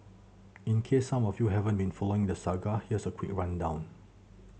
in case some of you haven't been following the saga here's a quick rundown